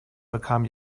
bekam